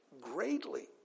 greatly